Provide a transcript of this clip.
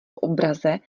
obraze